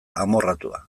amorratua